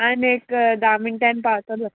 आनी एक धा मिनटान पावतलो